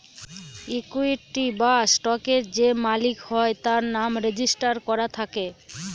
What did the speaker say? equity বা স্টকের যে মালিক হয় তার নাম রেজিস্টার করা থাকে